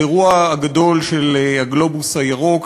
האירוע הגדול של "הגלובוס הירוק",